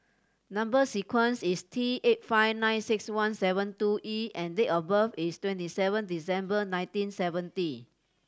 number sequence is T eight five nine six one seven two E and date of birth is twenty seven December nineteen seventy